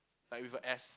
like with a S